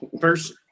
first